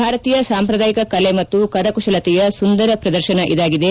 ಭಾರತೀಯ ಸಾಂಪ್ರದಾಯಿಕ ಕಲೆ ಮತ್ತು ಕರಕುಶಲತೆಯ ಸುಂದರ ಪ್ರದರ್ಶನ ಇದಾಗಿದೆ